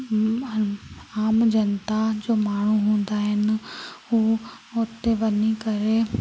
आम जनता जो माण्हू हूंदा आहिनि हू उते वञी करे